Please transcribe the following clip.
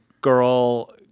girl